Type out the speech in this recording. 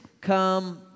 come